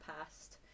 past